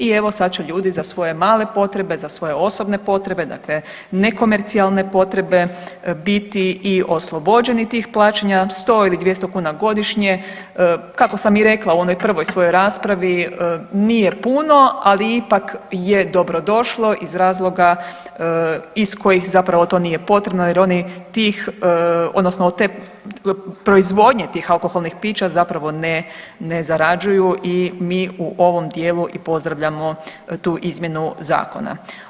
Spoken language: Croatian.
I evo sad će ljudi za svoje male potrebe, za svoje osobne potrebe, dakle nekomercijalne potrebe biti i oslobođeni tog plaćanja sto ili dvjesto kuna godišnje kako sam i rekla u onoj prvoj svojoj raspravi nije puno, ali ipak je dobro došlo iz razloga iz kojih zapravo to nije potrebno jer oni tih, odnosno od proizvodnje tih alkoholnih pića zapravo ne zarađuju i mi u ovom dijelu i pozdravljamo tu izmjenu zakona.